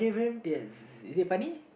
yes is it funny